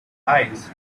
eyes